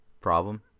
problem